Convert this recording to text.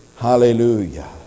Hallelujah